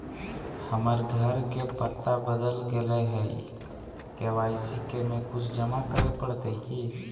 हमर घर के पता बदल गेलई हई, के.वाई.सी में कुछ जमा करे पड़तई की?